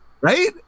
right